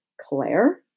Claire